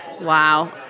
Wow